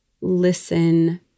listen